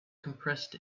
compressed